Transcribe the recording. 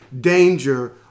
danger